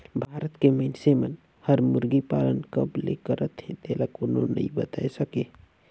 भारत के मइनसे मन हर मुरगी पालन कब ले करत हे तेला कोनो नइ बताय सके